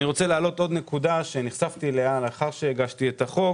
אני רוצה להעלות עוד נקודה שנחשפתי אליה אחרי שהגשתי את החוק